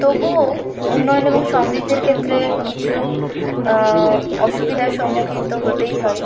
তবুও উন্নয়ন এবং সমৃদ্ধের ক্ষেত্রে কিছু অসুবিধার সম্মুখীন তো হতেই হয়